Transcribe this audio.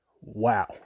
Wow